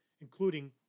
including